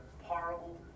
horrible